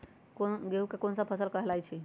गेहूँ कोन सा फसल कहलाई छई?